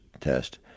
test